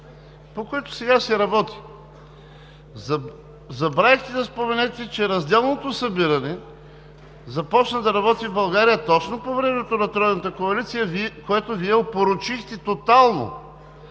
по които сега се работи. Забравихте да споменете, че разделното събиране започна да работи в България точно по времето на Тройната коалиция, което Вие опорочихте тотално,